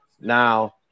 Now